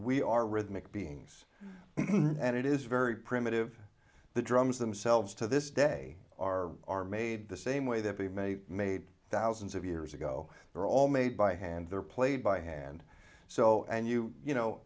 we are rhythmic beings and it is very primitive the drums themselves to this day are are made the same way that they may made thousands of years ago they are all made by hand they're played by hand so and you you know